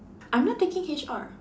I'm not taking H_R